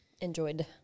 Enjoyed